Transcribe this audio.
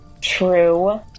true